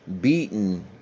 beaten